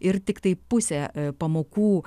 ir tiktai pusę pamokų